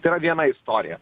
tai yra viena istorija